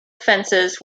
fences